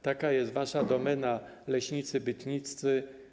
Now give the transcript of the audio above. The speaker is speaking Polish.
Taka jest wasza domena, leśnicy bytniccy.